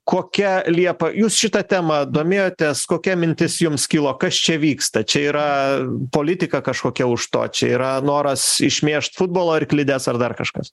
kokia liepa jūs šita tema domėjotės kokia mintis jums kilo kas čia vyksta čia yra politika kažkokia už to čia yra noras išmėžt futbolo arklides ar dar kažkas